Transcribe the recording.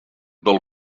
del